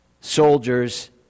soldiers